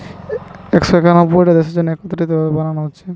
একশ নব্বইটা দেশের জন্যে একত্রিত ভাবে বানানা হচ্ছে